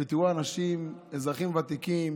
ותראו אנשים, אזרחים ותיקים,